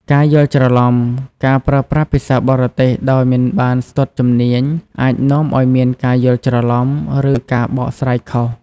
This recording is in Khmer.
ការយល់ច្រឡំ ការប្រើប្រាស់ភាសាបរទេសដោយមិនបានស្ទាត់ជំនាញអាចនាំឲ្យមានការយល់ច្រឡំ ឬការបកស្រាយខុស។